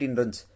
runs